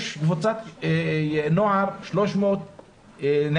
יש קבוצת נוער 300 נערים.